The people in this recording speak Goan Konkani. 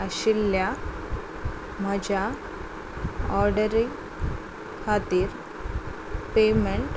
आशिल्ल्या म्हज्या ऑर्डरी खातीर पेमॅंट